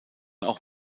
auch